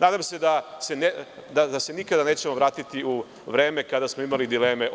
Nadam se da se nikada nećemo vratiti u vreme kada smo imali dileme